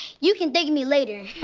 you can thank me later.